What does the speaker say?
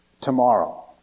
tomorrow